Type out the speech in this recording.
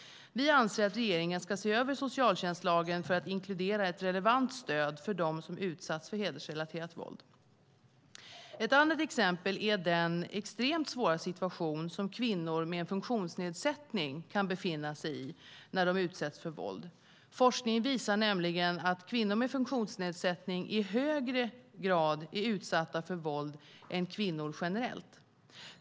Vi anser att regeringen ska se över socialtjänstlagen för att inkludera ett relevant stöd för dem som har utsatts för hedersrelaterat våld. Ett annat exempel är den extremt svåra situation som kvinnor med en funktionsnedsättning kan befinna sig i när de utsätts för våld. Forskning visar nämligen att kvinnor med funktionsnedsättning i högre grad är utsatta för våld än kvinnor generellt.